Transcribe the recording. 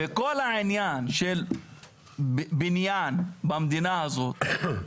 וכל העניין של בניין במדינה הזאת,